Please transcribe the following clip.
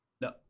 No